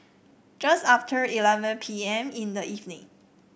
just after eleven P M in the evening